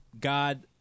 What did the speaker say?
God